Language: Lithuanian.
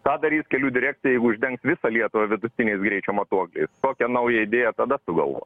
ką darys kelių direkcijai jeigu uždengs visą lietuvą vidutiniais greičio matuokliais kokią naują idėją tada sugalvos